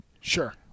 Sure